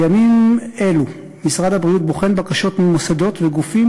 בימים אלו משרד הבריאות בוחן בקשות של מוסדות וגופים